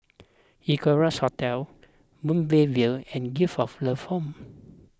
Equarius Hotel Moonbeam View and Gift of Love Home